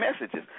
messages